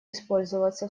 использоваться